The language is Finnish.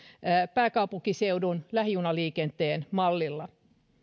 pääkaupunkiseudun lähijunaliikenteen mallilla